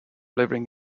living